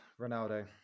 ronaldo